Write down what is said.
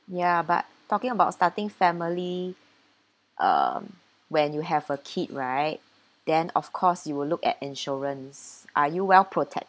ya but talking about starting family um when you have a kid right then of course you will look at insurance are you well protect